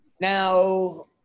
Now